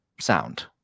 sound